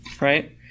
right